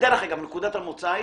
דרך אגב, נקודת המוצא היא